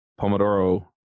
Pomodoro